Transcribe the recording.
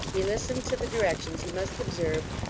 he listened to the directions he must observe,